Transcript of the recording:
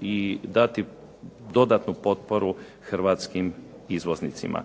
i dati dodatnu potporu hrvatskim izvoznicima.